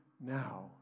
now